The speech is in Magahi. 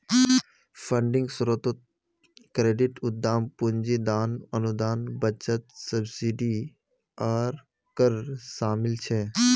फंडिंग स्रोतोत क्रेडिट, उद्दाम पूंजी, दान, अनुदान, बचत, सब्सिडी आर कर शामिल छे